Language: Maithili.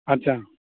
अच्छा